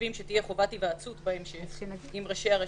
חושבים שתהיה חובת היוועצות בהמשך עם ראשי הרשויות,